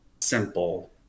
simple